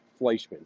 Fleischman